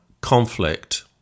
conflict